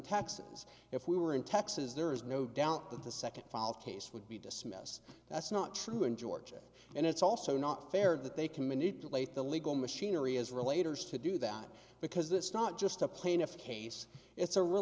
taxes if we were in texas there is no doubt that the second fall case would be dismissed that's not true in georgia and it's also not fair that they can manipulate the legal machinery is related is to do that because it's not just a plaintiff case it's a real